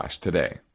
today